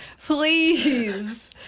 Please